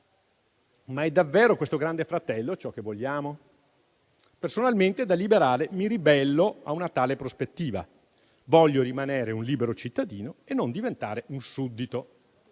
Ma questo grande fratello è davvero ciò che vogliamo? Personalmente, da liberale, mi ribello a una tale prospettiva. Voglio rimanere un libero cittadino e non diventare un suddito.